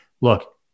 Look